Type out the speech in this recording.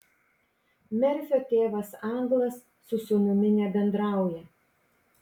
merfio tėvas anglas su sūnumi nebendrauja